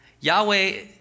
Yahweh